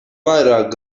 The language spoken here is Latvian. vairāk